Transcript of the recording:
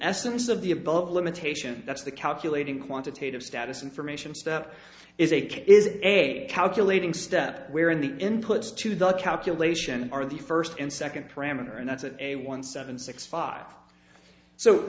essence of the above limitation that's the calculating quantitative status information step is a is a calculating step where in the inputs to the calculation are the first and second parameter and that's it a one seven six five so